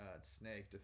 Snake